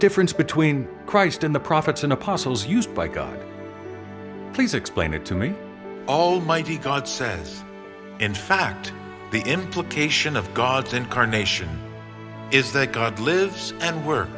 difference between christ and the prophets and apostles used by god please explain it to me almighty god sense in fact the implication of god's incarnation is that god lives and work